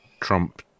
Trump